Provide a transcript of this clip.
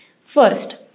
First